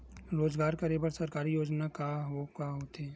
रोजगार करे बर सरकारी योजना का का होथे?